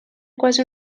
quasi